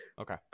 Okay